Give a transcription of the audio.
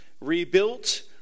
rebuilt